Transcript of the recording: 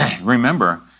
remember